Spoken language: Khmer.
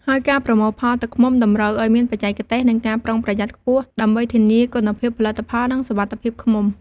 ហើយការប្រមូលផលទឹកឃ្មុំតម្រូវឲ្យមានបច្ចេកទេស និងការប្រុងប្រយ័ត្នខ្ពស់ ដើម្បីធានាគុណភាពផលិតផល និងសុវត្ថិភាពឃ្មុំ។